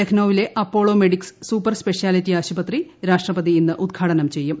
ലക്നോവിലെ Apollo Medics super speciality ആശുപത്രി രാഷ്ട്രപതി ഇന്ന് ഉദ്ഘാടനം ചെയ്യും